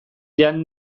jan